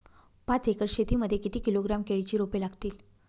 पाच एकर शेती मध्ये किती किलोग्रॅम केळीची रोपे लागतील?